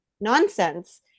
nonsense